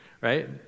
right